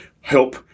help